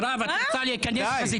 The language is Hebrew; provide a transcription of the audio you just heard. די,